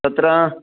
तत्र